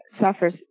suffers